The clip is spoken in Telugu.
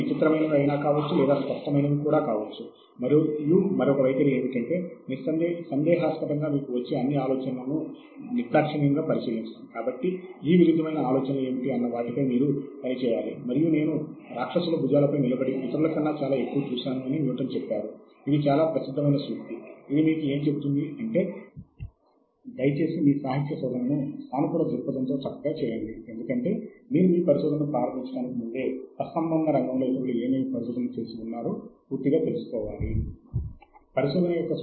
మనము ఎంత వరకు పని చేశామో తెలుసుకొనుట చాలా ముఖ్యము మరియు మీరు పనిచేయాలి అని అనుకుంటున్న ప్రాంతము లేదా ప్రాంతములో సాహిత్యము యొక్క ప్రస్తుత స్థితి ఏమిటో తెలుసుకోవాలనుకుంటే ఖచ్చితంగా ఇప్పటి వరకు ఏమి జరిగిందో తెలుసుకోనుటకు